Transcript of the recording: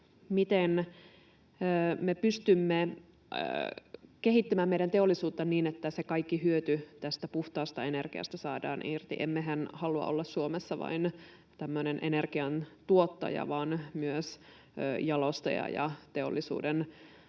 miten me pystymme kehittämään meidän teollisuutta niin, että kaikki hyöty tästä puhtaasta energiasta saadaan irti. Emmehän halua olla Suomessa vain tämmöinen energiantuottaja vaan myös jalostaja ja teollisuuden